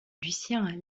lucien